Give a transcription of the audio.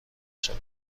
شود